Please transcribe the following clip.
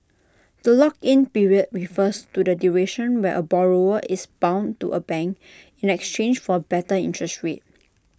the lock in period refers to the duration where A borrower is bound to A bank in exchange for better interest rates